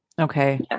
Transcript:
Okay